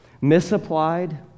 misapplied